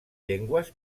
llengües